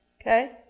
Okay